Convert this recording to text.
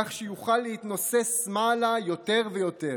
כך שיוכל להתנוסס מעלה יותר ויותר.